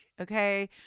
okay